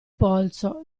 polso